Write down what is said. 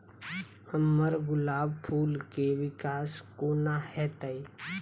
हम्मर गुलाब फूल केँ विकास कोना हेतै?